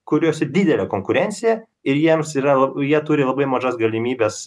kuriuose didelė konkurencija ir jiems yra la jie turi labai mažas galimybes